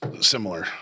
similar